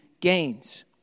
gains